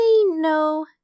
no